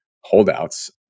holdouts